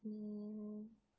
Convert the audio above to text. mm